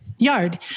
yard